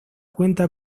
cuenta